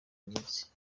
minsi